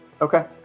Okay